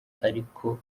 ariko